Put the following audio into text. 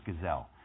gazelle